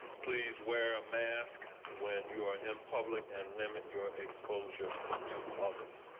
please wear a mask when you are in public and limit your exposure to all of us.